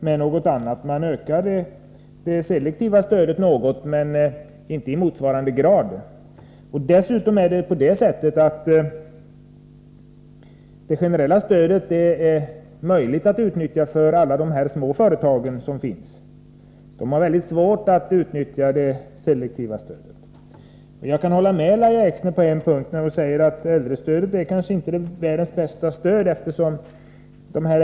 Visserligen ökar man det selektiva stödet något, men inte i motsvarande grad. Dessutom är det på det sättet att det generella stödet kan utnyttjas av alla små företag. För dem är det nämligen mycket svårt att utnyttja det selektiva stödet. På en punkt är Lahja Exner och jag överens. Hon säger att äldrestödet kanske inte är världens bästa stöd.